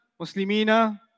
Muslimina